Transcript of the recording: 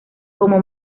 como